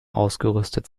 ausgerüstet